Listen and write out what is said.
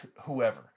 whoever